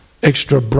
extra